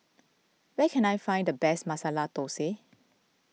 where can I find the best Masala Thosai